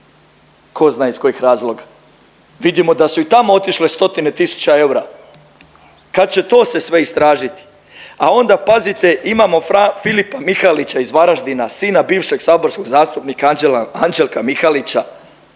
Tko zna iz kojih razloga. Vidimo da su i tamo otišle stotine tisuća eura. Kad će to se sve istražiti? A onda pazite imamo fra Filipa Mihalića iz Varaždina sina bivšeg saborskog zastupnika Anđelka Mihalića,